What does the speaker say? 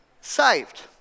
saved